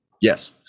yes